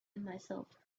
myself